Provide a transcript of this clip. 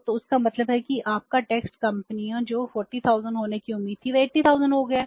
तो इसका मतलब है कि आपका टैक्स कंपोनेंट जो 40000 होने की उम्मीद थी वह 80000 हो गया है